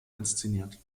inszeniert